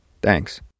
thanks